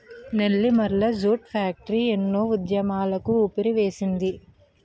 Nellimarla jute factory ఎన్నో ఉద్యమాలకు ఊపిరివేసింది